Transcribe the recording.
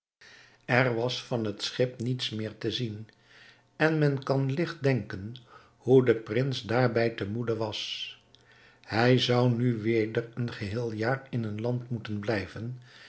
er was van het schip niets meer te zien en men kan ligt denken hoe de prins daarbij te moede was hij zou nu weder een geheel jaar in een land moeten blijven